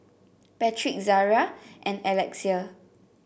Patric Zaria and Alexia